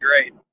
great